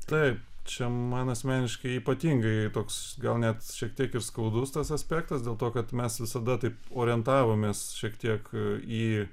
taip čia man asmeniškai ypatingai toks gal net šiek tiek ir skaudus tas aspektas dėl to kad mes visada taip orientavomės šiek tiek į